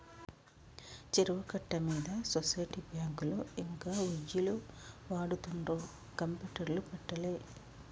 చెరువు కట్ట మీద సొసైటీ బ్యాంకులో ఇంకా ఒయ్యిలు వాడుతుండ్రు కంప్యూటర్లు పెట్టలే